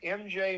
mj